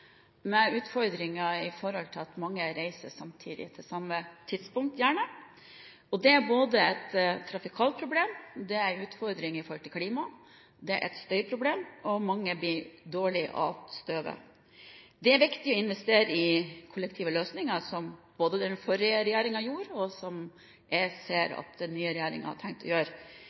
at mange gjerne reiser samtidig, til samme tidspunkt, og det er både et trafikalt problem, det er utfordringer i forhold til klima, det er et støyproblem, og man kan bli dårlig av støvet. Det er viktig å investere i kollektive løsninger, som både den forrige regjeringen gjorde, og som jeg ser at den nye regjeringen har tenkt å gjøre.